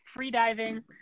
freediving